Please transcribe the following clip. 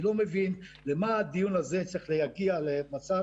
אני לא מבין למה זה צריך להגיע למצב